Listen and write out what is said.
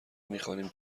میخوانیم